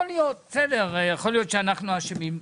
יכול להיות שאנחנו אשמים.